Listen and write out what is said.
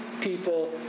people